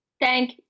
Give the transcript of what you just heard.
Thank